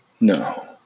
No